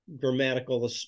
grammatical